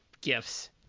gifts